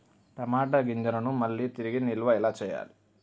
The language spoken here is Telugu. టమాట గింజలను మళ్ళీ తిరిగి నిల్వ ఎలా చేయాలి?